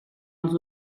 els